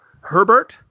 Herbert